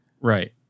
Right